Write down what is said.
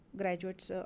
graduates